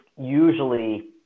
usually